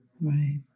right